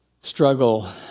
struggle